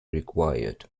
required